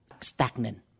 stagnant